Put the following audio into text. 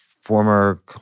former